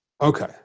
okay